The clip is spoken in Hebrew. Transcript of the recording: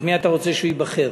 מי אתה רוצה שייבחר.